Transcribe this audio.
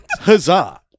Huzzah